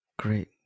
Great